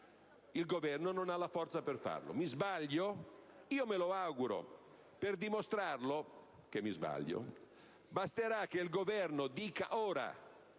il Governo non ha la forza per farlo. Mi sbaglio? Me lo auguro. Per dimostrare che sbaglio, basterà che il Governo dica ora,